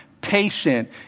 patient